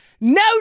No